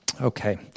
Okay